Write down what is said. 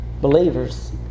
believers